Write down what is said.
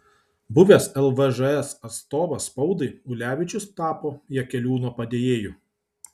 buvęs lvžs atstovas spaudai ulevičius tapo jakeliūno padėjėju